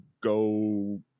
go